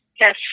Yes